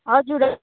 हजुर